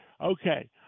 okay